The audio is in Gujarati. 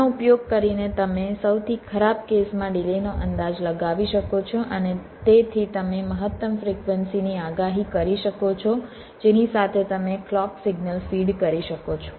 આનો ઉપયોગ કરીને તમે સૌથી ખરાબ કેસમાં ડિલેનો અંદાજ લગાવી શકો છો અને તેથી તમે મહત્તમ ફ્રિક્વન્સીની આગાહી કરી શકો છો જેની સાથે તમે ક્લૉક સિગ્નલ ફીડ કરી શકો છો